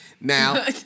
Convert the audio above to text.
Now